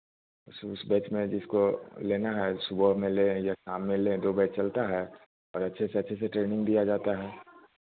सो उस बैच में जिसको लेना है सुबह में ले या शाम में ले दो बैच चलता है और अच्छे से अच्छे से ट्रेनिंग दिया जाता है